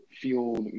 fueled